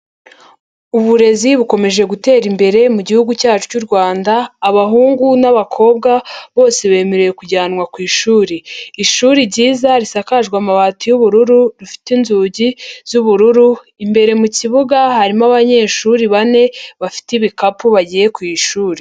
Uburezi bukomeje gutera imbere mu gihugu cyacu cy'u Rwanda, abahungu n'abakobwa bose bemerewe kujyanwa ku ishuri. Ishuri ryiza risakaje amabati y'ubururu, rifite inzugi z'ubururu, imbere mu kibuga harimo abanyeshuri bane, bafite ibikapu bagiye ku ishuri.